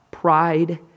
Pride